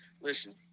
Listen